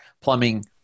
plumbing